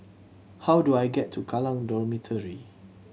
how do I get to Kallang Dormitory